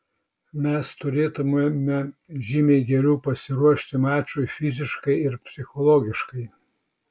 mes turėtumėme žymiai geriau pasiruošti mačui fiziškai ir psichologiškai